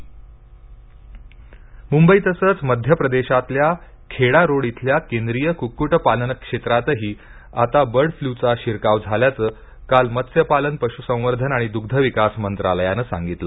bird flu Mumbai तसेच मध्यप्रदेशातल्या Kheda road येथील केंद्रिय कुक्कुट पालन क्षेत्रातही आता बर्ड फ्ल्युचा शिरकाव झाल्याचे काल मत्स्यपालन पशुसंवर्धन आणि दुग्धविकास मंत्रालयाने सांगितले